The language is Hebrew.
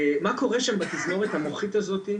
מה קורה שם בתפזורת המוחית הזאת,